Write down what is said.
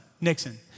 Nixon